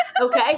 Okay